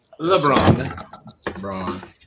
LeBron